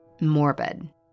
morbid